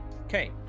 Okay